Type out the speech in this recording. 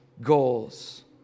goals